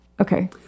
Okay